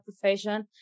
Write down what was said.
profession